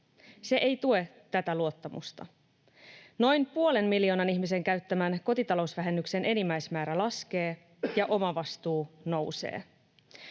Se ei tue tätä luottamusta. Noin puolen miljoonan ihmisen käyttämän kotitalousvähennyksen enimmäismäärä laskee ja omavastuu nousee.